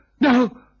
No